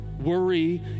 Worry